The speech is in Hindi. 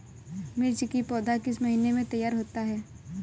मिर्च की पौधा किस महीने में तैयार होता है?